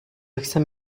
jsem